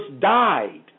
died